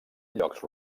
llocs